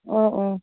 অঁ অঁ